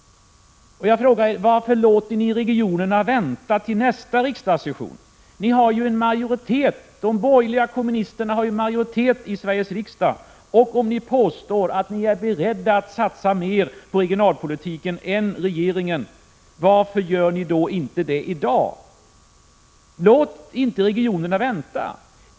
Varför låter ni regionerna vänta till nästa riksdagssession? De borgerliga och kommmunisterna har ju majoritet i Sveriges riksdag. Om ni påstår att ni är beredda att satsa mer på regionalpolitiken än regeringen, varför gör ni då inte det i dag? Låt inte regionerna vänta!